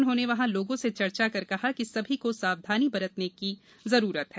उन्होंने वहां लोगों से चर्चा कर कहा कि सभी को सावधानी बरतने की सलाह दी